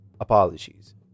Apologies